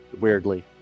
weirdly